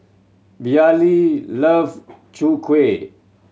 Vallie love Chwee Kueh